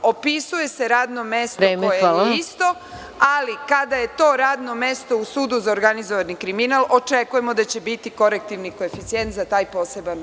Opisuje se radno mesto koje je isto, ali kada je to radno mesto u Sudu za organizovani kriminal očekujemo da će biti korektivni koeficijent za taj poseban uslov.